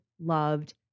loved